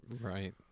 Right